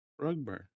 Rugburn